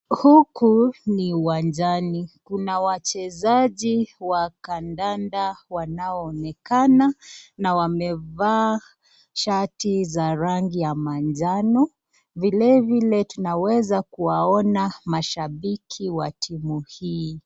Huku ni uwanjani, kuna wachezaji wa kadada wanaonekana na wamevaa shati za rangi ya manjano, vilevile tunaweza kuwaona mashambiki wa timu hii.